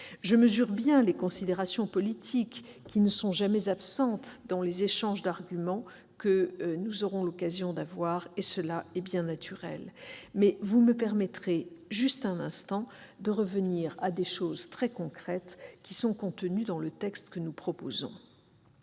Je mesure bien les considérations politiques, jamais absentes des échanges d'arguments que nous aurons l'occasion d'avoir- et cela est bien naturel. Mais vous me permettrez, juste un instant, de revenir à des considérations très concrètes, qui figurent dans le texte proposé